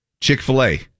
Chick-fil-A